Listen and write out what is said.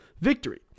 victory